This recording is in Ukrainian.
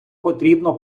потрібно